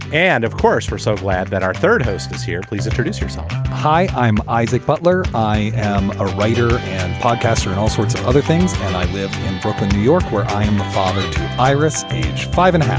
and of course, we're so glad that our third host is here. please introduce yourself hi, i'm isaac butler i am a writer and podcaster and all sorts of other things. and i live in brooklyn, new york, where i am the father iris, age five and a half.